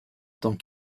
tant